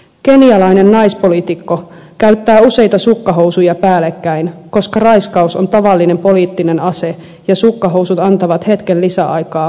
kenialainen naispoliitikko käyttää useita sukkahousuja päällekkäin koska raiskaus on tavallinen poliittinen ase ja sukkahousut antavat hetken lisäaikaa huutaa apua